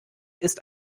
ist